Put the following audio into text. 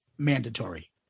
mandatory